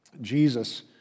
Jesus